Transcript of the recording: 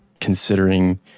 considering